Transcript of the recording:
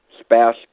spouse